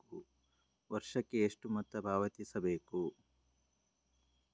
ವರ್ಷಕ್ಕೆ ಎಷ್ಟು ಮೊತ್ತ ಪಾವತಿಸಬೇಕು?